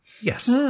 Yes